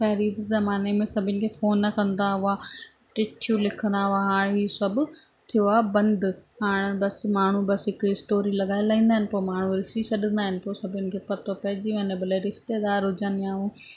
पहिरीं जे ज़माने में सभिनी खे फ़ोन कंदा हुआ टीचियूं लिखंदा हुआ हाणे ई सभु थियो आहे बंदि हाणे बसि माण्हू बसि हिकु स्टोरी लॻाए लाहींदा आहिनि पोइ माण्हू ॾिसी छॾींदा आहिनि पोइ सभिनी खे पतो पेईजी वञे भले रिश्तेदार हुजनि या